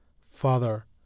Father